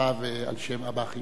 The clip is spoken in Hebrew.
ועל-שם אב"א אחימאיר,